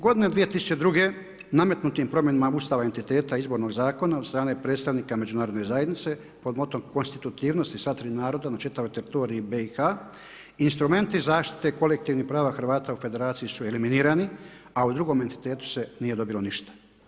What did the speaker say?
Godine 2002. nametnutim promjenama Ustava entiteta izbornog zakona od strane predstavnika međunarodne zajednice, pod motom konstitutivnosti sva tri naroda na čitavoj teritoriji BIH, instrumenti zaštite kolektivnih prava Hrvata u Federaciji su eliminirani, a u drugom entitetu se nije dobilo ništa.